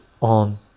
on